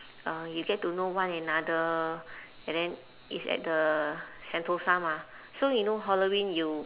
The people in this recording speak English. uh you get to know one another and then it's at the sentosa mah so you know halloween you